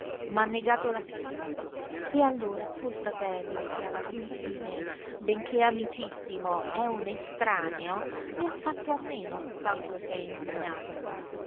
m'ha negato la firma e allora tuo fratello che alla fin fine benché amicissimo è un estraneo ne ha fatto a meno tanto se n'è indignato